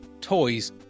toys